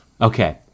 Okay